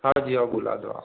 जी आओ बुला लो आप